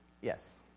Yes